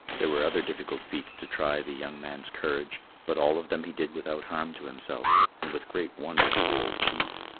there were other difficult feats to try the young man's courage, but all of them he did without harm to himself, and with great wonder to the old chief.